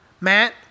Matt